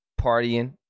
partying